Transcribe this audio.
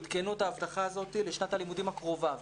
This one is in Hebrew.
עדכנו את ההבטחה הזאת לשנת הלימודים הקרובה.